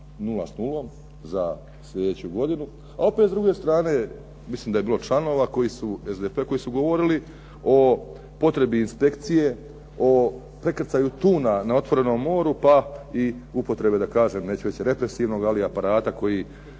nula s nulom za sljedeću godinu, a opet s druge strane mislim da je bilo članova koji su, SDP koji su govorili o potrebi inspekcije, o prekrcaju tuna na otvorenom moru pa i upotrebe da kažem, neću reći represivnoga, ali aparata koji